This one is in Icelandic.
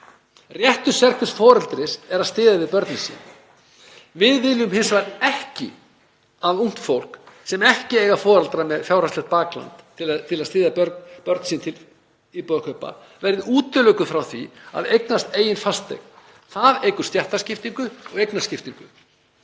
Réttur sérhvers foreldris er að styðja við börnin sín. Við viljum hins vegar ekki að ungt fólk sem ekki á foreldra með fjárhagslegt bakland til að styðja börn sín til íbúðarkaupa verði útilokað frá því að eignast eigin fasteign. Það eykur stéttaskiptingu og eignaskiptingu.